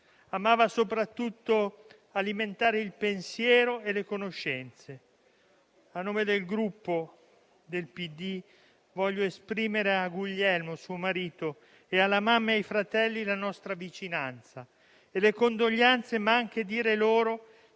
amava soprattutto alimentare il pensiero e le conoscenze. A nome del Gruppo Partito Democratico voglio esprimere a Guglielmo, suo marito, alla mamma e ai fratelli la nostra vicinanza e le condoglianze, dicendo loro che